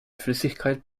flüssigkeit